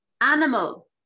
Animal